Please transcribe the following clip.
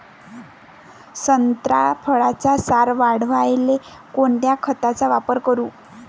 संत्रा फळाचा सार वाढवायले कोन्या खताचा वापर करू?